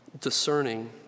discerning